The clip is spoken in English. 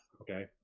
okay